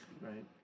right